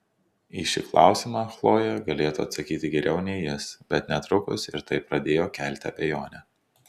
į šį klausimą chlojė galėtų atsakyti geriau nei jis bet netrukus ir tai pradėjo kelti abejonę